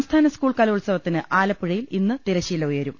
സംസ്ഥാന സ്കൂൾ കല്യോത്സവത്തിന് ആലപ്പുഴയിൽ ഇന്ന് തിരശ്ശീല ഉയരും